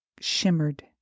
shimmered